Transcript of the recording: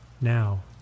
Now